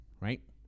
right